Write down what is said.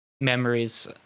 memories